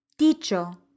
Dicho